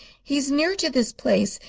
he is near to this place,